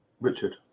richard